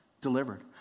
delivered